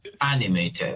animated